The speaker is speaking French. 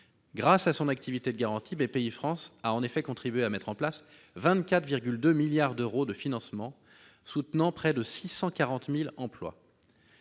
grâce à son activité de garantie, la banque a effectivement contribué à la mise en place de 24,2 milliards d'euros de financement, soutenant près de 640 000 emplois.